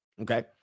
Okay